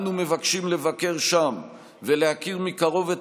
אנו מבקשים לבקר שם ולהכיר מקרוב את